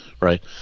right